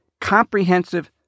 comprehensive